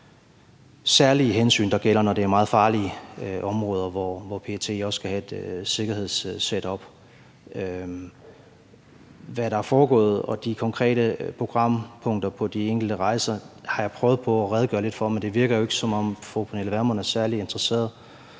særlige hensyn, der gælder, når det er meget farlige områder, hvor PET også skal have et sikkerhedssetup. Hvad der er foregået i forhold til de konkrete programpunkter, har jeg prøvet at redegøre lidt for, men det virker jo ikke, som om fru Pernille Vermund er særlig interesseret.